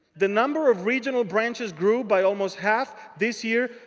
the number of regional branches grew by almost half this year,